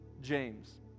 James